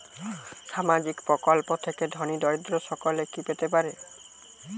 সামাজিক প্রকল্প থেকে ধনী দরিদ্র সকলে কি পেতে পারে?